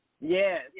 Yes